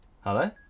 Hello